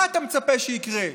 מה אתה מצפה שיקרה?